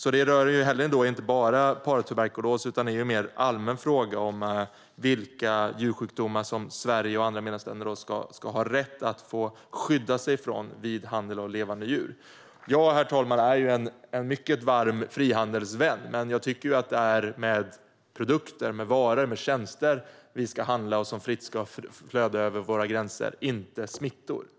Detta rör alltså inte bara paratuberkulos utan är en mer allmän fråga om vilka djursjukdomar som Sverige och andra medlemsländer ska ha rätt att skydda sig mot vid handel med levande djur. Jag, herr talman, är en mycket varm frihandelsvän, men jag tycker att det är varor och tjänster vi ska handla med och som fritt ska få flöda över våra gränser - inte smittor.